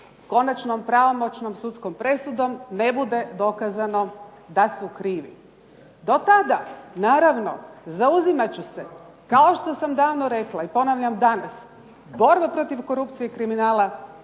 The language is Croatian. konačnom sudskom presudom ne bude dokazano da su krivi. Do tada naravno zauzimat ću se, kao što sam davno rekla i ponavljam danas, borba protiv korupcije i kriminala